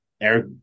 Eric